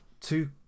two